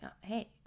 hey